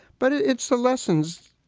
but it's the lessons,